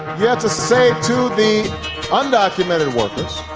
yeah to say to the undocumented workers,